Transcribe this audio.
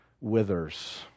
withers